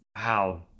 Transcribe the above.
Wow